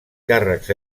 càrrecs